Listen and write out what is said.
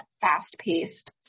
fast-paced